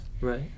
Right